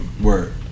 Word